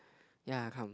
ya come